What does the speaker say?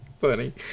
Funny